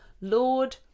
Lord